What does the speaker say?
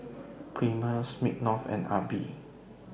Premier Smirnoff and AIBI